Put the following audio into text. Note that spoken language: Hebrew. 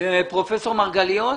פרופסור מרגליות,